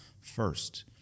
First